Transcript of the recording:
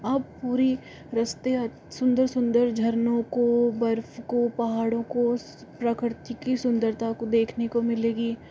आप पूरी रास्ते सुन्दर सुन्दर झरनों को बर्फ को पहाड़ों को प्रकृति की सुंदरता को देखने को मिलेगी